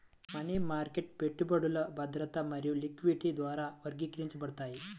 money market పెట్టుబడులు భద్రత మరియు లిక్విడిటీ ద్వారా వర్గీకరించబడతాయి